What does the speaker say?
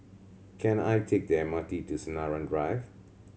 can I take the M R T to Sinaran Drive